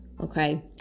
okay